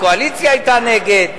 הקואליציה היתה נגד,